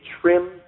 trim